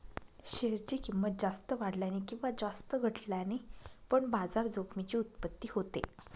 share ची किंमत जास्त वाढल्याने किंवा जास्त घटल्याने पण बाजार जोखमीची उत्पत्ती होते